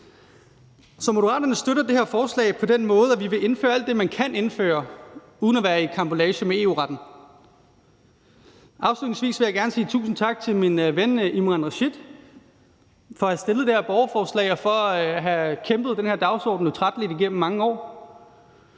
Så Moderaterne støtter det her forslag på den måde, at vi vil indføre alt det, man kan indføre, uden at være i karambolage med EU-retten. Afslutningsvis vil jeg gerne sige tusind tak til min ven Imran Rashid for at have stillet det her borgerforslag og for at have kæmpet for den her dagsorden utrætteligt igennem mange år.